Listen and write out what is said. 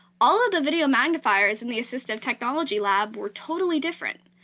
all of the video magnifiers in the assistive technology lab were totally different.